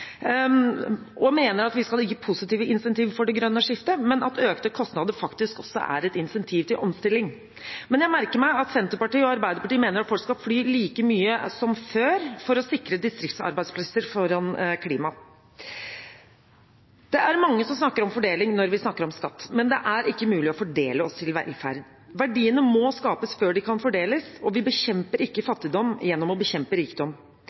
og mener at vi skal legge positive incentiver for det grønne skiftet, men at økte kostnader faktisk også er et incentiv til omstilling. Men jeg merker meg at Senterpartiet og Arbeiderpartiet mener at folk skal fly like mye som før, for å sikre distriktsarbeidsplasser foran klima. Det er mange som snakker om fordeling når vi snakker om skatt, men det er ikke mulig å fordele oss til velferd. Verdiene må skapes før de kan fordeles, og vi bekjemper ikke fattigdom gjennom å bekjempe rikdom.